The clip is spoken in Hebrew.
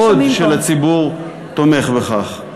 לא שומעים פה.